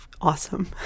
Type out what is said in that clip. awesome